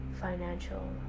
financial